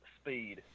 speed